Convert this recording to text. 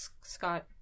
Scott